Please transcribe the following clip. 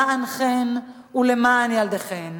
למענכן ולמען ילדיכן